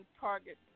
target